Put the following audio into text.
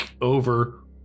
Over